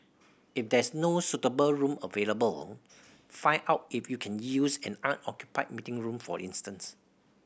if there is no suitable room available find out if you can use an unoccupied meeting room for instance